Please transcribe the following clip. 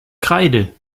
kreide